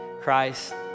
Christ